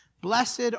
Blessed